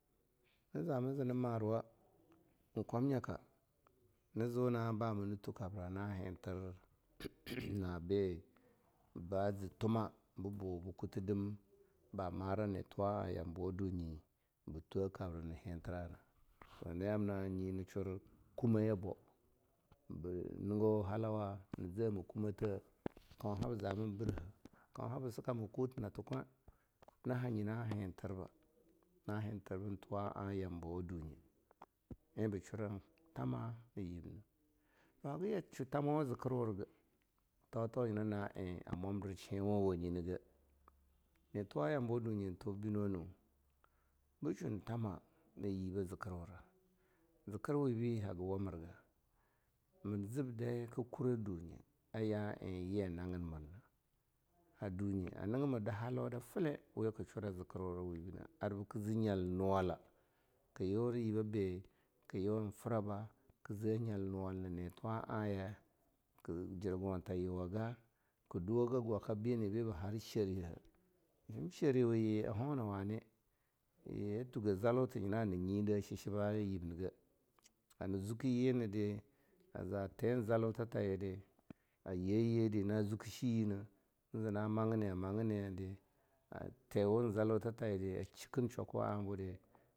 Ni zama ni zana maruwa, en kwamnyaka na zuna bana tuleh kabra na hinti na na bibah zi tumah bibah kutidim ba mara netuwaa yambawa dunyi ba twen kabra na hintira na, toh nyina yamna nyi na shurkumeh ya boh. Ba nigo halawa na zhe kumateh kaunha ba zaimin biraha, kaunah ba sikama kuten natikwah na hanye na hintirba tuwa a nayibna. Ba bu yashwu thamau a zikirwu tatu nyina en mwamdir shinwa wanyi nagah, netuwa'a tambawa dunye tubi bin-nu, bah shwun thama na yibe zikirwura, zikirwu wibi haga wamir ga mir zib de ka kurah dunyea ya eh ye a nagin mirna. ha dunye a niga mir halau dafile weh ka shura zikirwa wibina arbi ki zi nyala nuwala, kayara yiba be ka yuwan fraba, ka zeh nyal-nuwal na netuwa aye, jirgonta yuwaga, ka duwagah gwaka bina biba har shariha, shairin sharih hona wani, ye a tuga zaluta nyina na nyideh shi-chi baya yib nige, hana zuki yina di a zatin zalutata yidi, a zaye dina zuke shiyina, a zena magni, a maginidi, twi wun zaluta yidi, a chiken shwaku'a budi.